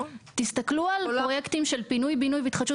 תסתכלו על פרויקטים של פינוי בינוי והתחדשות